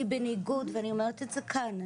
אני בניגוד ואני אומרת את זה כאן,